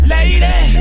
Lady